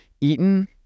eaten